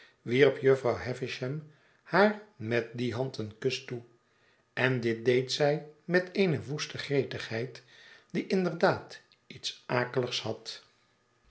jufvrouw havisham haar met die hand een kus toe en dit deed zij met eene woeste gretigheid die inderdaad iets akeligs had